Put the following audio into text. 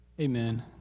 Amen